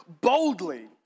boldly